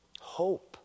Hope